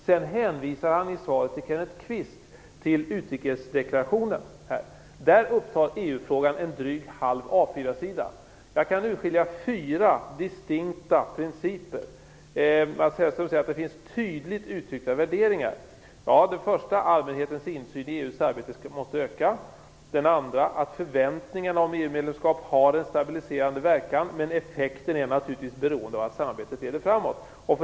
Sedan hänvisar han i sitt svar till Kenneth Kvist till utrikesdeklarationen, där EU-frågan upptar drygt en halv A 4-sida. Jag kan urskilja fyra distinkta principer, och Mats Hellström säger att det där finns tydligt uttryckta värderingar. Den första är att allmänhetens insyn i EU:s arbete måste öka. Den andra är att förväntningarna om EU-medlemskap har en stabiliserande verkan men att effekten naturligtvis är beroende av att samarbetet leder framåt.